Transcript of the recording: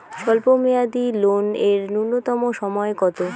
স্বল্প মেয়াদী লোন এর নূন্যতম সময় কতো?